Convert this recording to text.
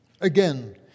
Again